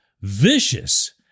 vicious